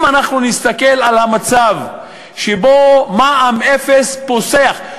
אם אנחנו נסתכל על המצב שבו מע"מ אפס פוסח,